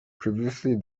previously